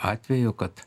atveju kad